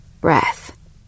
breath